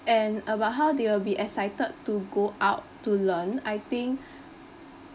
and about how they will be excited to go out to learn I think